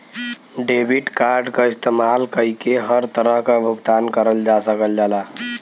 debit card क इस्तेमाल कइके हर तरह क भुगतान करल जा सकल जाला